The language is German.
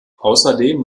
außerdem